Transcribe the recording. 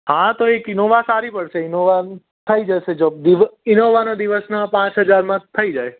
હા તો એક ઈનોવા સારી પડશે ઈનોવા થઈ જશે જો ઈનોવાના દિવસના પાંચ હજારમાં થઈ જાય